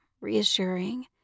reassuring